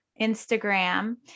Instagram